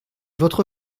votre